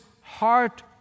heart